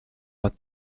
what